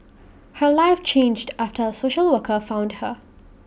her life changed after A social worker found her